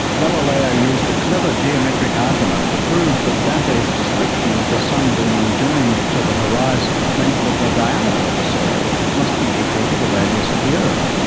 galileo used a clever geometric argument to prove that dante's description of the sun being joined to the horizon meant that the diameter of the circle must be equal to the radius of the earth.